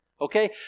Okay